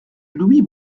louis